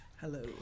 hello